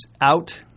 out –